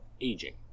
aging